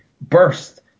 burst